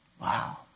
Wow